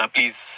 Please